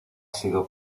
sido